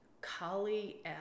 Kali